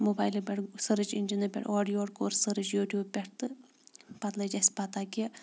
موبایلہٕ پٮ۪ٹھ سٔرٕچ اِنجِنہٕ پٮ۪ٹھ اورٕ یورٕ کوٚر سٔرٕچ یوٗٹیوٗب پٮ۪ٹھ تہٕ پَتہٕ لٔج اَسہِ پَتہ کہِ